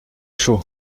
chaud